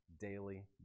daily